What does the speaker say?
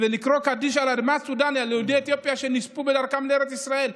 ולקרוא קדיש על יהודי אתיופיה שנספו בדרכם לארץ ישראל.